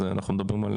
אז אנחנו מדברים על